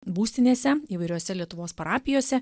būstinėse įvairiose lietuvos parapijose